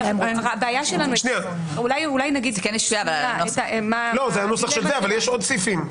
יש עוד סעיפים.